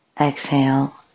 exhale